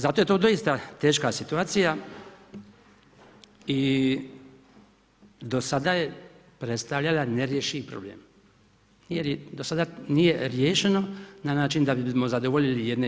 Zato je to doista teška situacija i do sada je predstavljala nerješivi problem jer i do sada nije riješeno na način da bismo zadovoljili i jedne i